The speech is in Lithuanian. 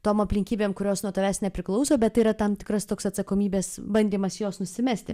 tom aplinkybėm kurios nuo tavęs nepriklauso bet tai yra tam tikras toks atsakomybės bandymas juos nusimesti